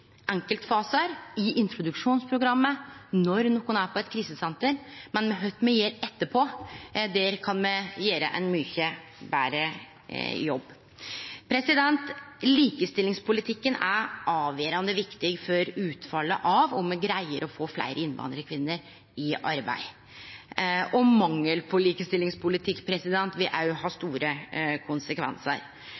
i introduksjonsprogrammet, når nokon er på eit krisesenter, men med omsyn til kva me gjer etterpå, kan me gjere ein mykje betre jobb. Likestillingspolitikken er avgjerande viktig for utfallet av om me greier å få fleire innvandrarkvinner i arbeid. Mangel på likestillingspolitikk vil òg ha